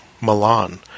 Milan